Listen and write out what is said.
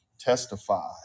testify